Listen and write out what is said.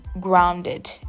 grounded